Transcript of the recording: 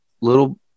little